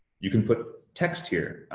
you can put text here,